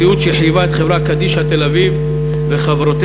מציאות שחייבה את חברה קדישא תל-אביב וחברותיה